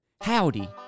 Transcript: Howdy